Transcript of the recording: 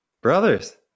brothers